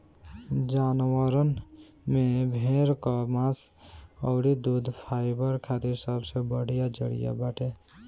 जानवरन में भेड़ कअ मांस अउरी दूध फाइबर खातिर सबसे बढ़िया जरिया बाटे